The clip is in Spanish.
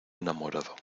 enamorado